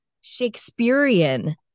Shakespearean